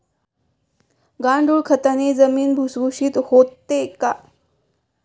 गांडूळ खताने जमीन भुसभुशीत होते का?